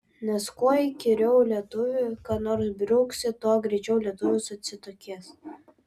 nes kuo įkyriau lietuviui ką nors bruksi tuo greičiau lietuvis atsitokės